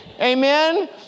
amen